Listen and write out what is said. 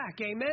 amen